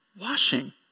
washing